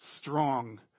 strong